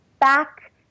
back